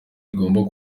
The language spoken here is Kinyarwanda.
rigomba